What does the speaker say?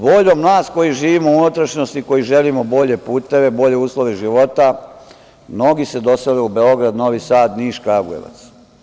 Voljom nas koji živimo u unutrašnjosti koji želimo bolje puteve, bolje uslove života, mnogi se dosele u Beograd, Novi Sad, Niš, Kragujevac.